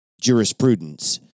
jurisprudence